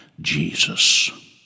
Jesus